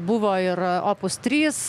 buvo ir opus trys